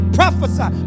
prophesy